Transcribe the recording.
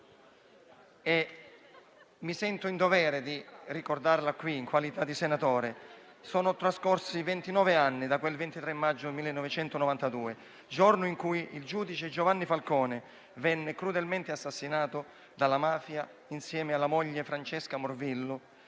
mi sento in dovere di ricordarla in questa sede in qualità di senatore. Sono trascorsi ventinove anni da quel 23 maggio 1992, quando il giudice Giovanni Falcone venne crudelmente assassinato dalla mafia insieme alla moglie Francesca Morvillo,